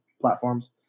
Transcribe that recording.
platforms